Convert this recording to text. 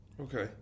Okay